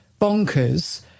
bonkers